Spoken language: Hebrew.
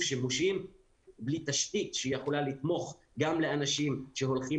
שימושים בלי תשתית שיכולה לתמוך גם באנשים שהולכים